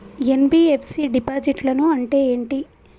NBFC డిపాజిట్లను అంటే ఏంటి?